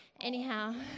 Anyhow